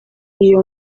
iyo